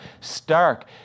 stark